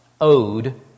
owed